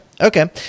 Okay